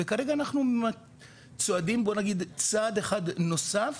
וכרגע אנחנו צועדים צעד אחד נוסף